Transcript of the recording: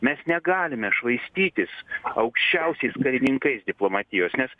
mes negalime švaistytis aukščiausiaisiais karininkais diplomatijos nes